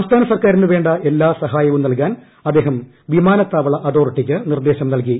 സംസ്ഥാന സർക്കാരിന് വേണ്ട എല്ലാ സഹായവും നൽകാൻ അദ്ദേഹം വിമാനത്താവള അതോറിട്ടിക്ക് നിർദ്ദേശം നൽകി